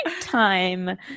time